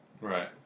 Right